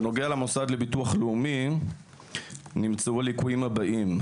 בנוגע למוסד לביטוח לאומי, נמצאו הליקויים הבאים: